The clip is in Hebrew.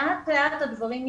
אני